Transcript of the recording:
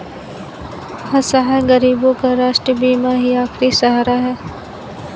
असहाय गरीबों का राष्ट्रीय बीमा ही आखिरी सहारा है